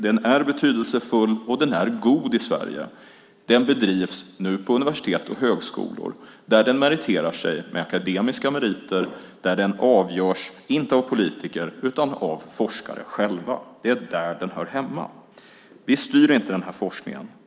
Den är betydelsefull, och den är god i Sverige. Den bedrivs nu vid universitet och högskolor, där den meriterar sig med akademiska meriter och där den avgörs, inte av politiker utan av forskare själva. Det är där den hör hemma. Vi styr inte den här forskningen.